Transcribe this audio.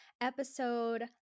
episode